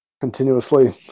continuously